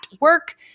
work